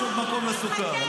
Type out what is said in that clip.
יש עוד מקום לסוכר.